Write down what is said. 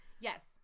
Yes